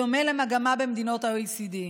בדומה למגמה במדינות ה-OECD,